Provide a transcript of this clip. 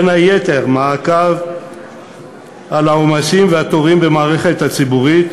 בין היתר מעקב על העומסים והתורים במערכת הציבורית,